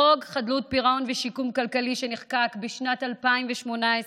חוק חדלות פירעון ושיקום כלכלי, שנחקק בשנת 2018,